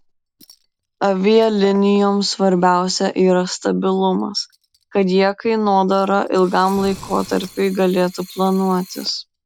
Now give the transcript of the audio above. avialinijoms svarbiausia yra stabilumas kad jie kainodarą ilgam laikotarpiui galėtų planuotis